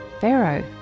Pharaoh